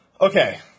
Okay